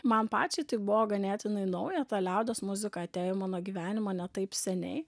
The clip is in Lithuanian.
man pačiai tai buvo ganėtinai nauja ta liaudies muzika atėjo į mano gyvenimą ne taip seniai